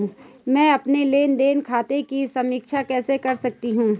मैं अपने लेन देन खाते की समीक्षा कैसे कर सकती हूं?